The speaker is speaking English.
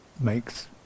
makes